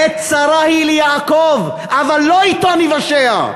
עת צרה היא ליעקב, אבל לא אתו ניוושע.